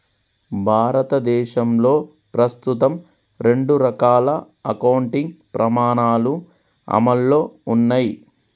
భారతదేశంలో ప్రస్తుతం రెండు రకాల అకౌంటింగ్ ప్రమాణాలు అమల్లో ఉన్నయ్